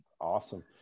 Awesome